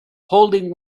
holding